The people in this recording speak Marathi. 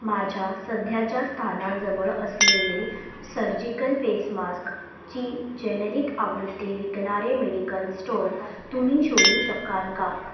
माझ्या सध्याच्या स्थानाजवळ असलेले सर्जिकल फेसमास्कची जेनेरिक आवृत्ती विकणारे मेडिकल स्टोअर तुम्ही शोधू शकाल का